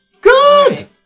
Good